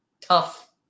Tough